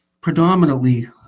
predominantly